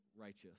righteous